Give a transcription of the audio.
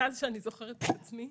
מאז שאני זוכרת את עצמי.